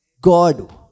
God